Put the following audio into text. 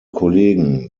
kollegen